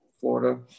Florida